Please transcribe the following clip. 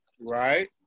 Right